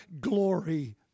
glory